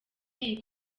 iyi